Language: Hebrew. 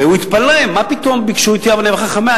והוא התפלא, מה פתאום ביקשו את יבנה וחכמיה.